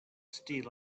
steel